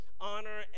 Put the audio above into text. honor